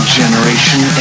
generation